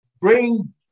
bring